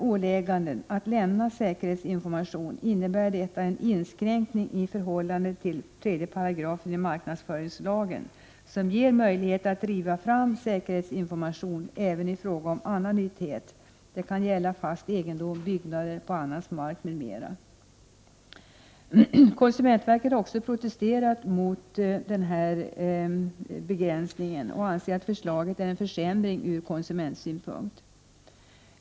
Åläggandet att lämna säkerhetsinformation innebär en inskränkning i förhållandet till 3 § i marknadsföringslagen som ger möjlighet att driva fram säkerhetsinformation även i fråga om annan nyttighet. Det kan gälla fast egendom, byggnader på annans mark m.m. Konsumentverket har också protesterat mot denna begränsning och anser att förslaget är en försämring ur konsumentsynpunkt.